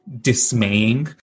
dismaying